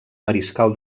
mariscal